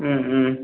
ம் ம்